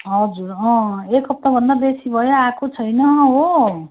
हजुर अँ एक हप्ताभन्दा बेसी भयो आएको छैन हो